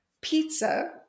pizza